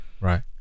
right